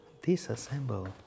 disassemble